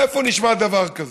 איפה נשמע דבר כזה?